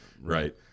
Right